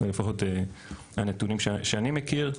אלה לפחות הנתונים שאני מכיר.